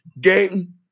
Gang